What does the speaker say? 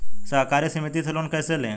सहकारी समिति से लोन कैसे लें?